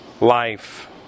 life